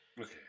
Okay